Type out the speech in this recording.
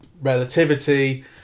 relativity